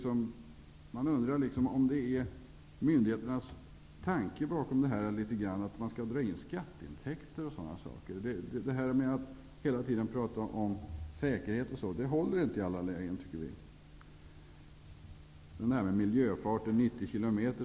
Är myndigheternas tanke bakom hastighetsgränserna litet grand att dra in skatteintäkter och sådana saker? Att hela tiden prata om säkerhet håller inte i alla lägen, tycker vi. En del snackar om miljöfart på 90 km.